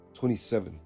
27